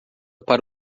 para